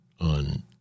on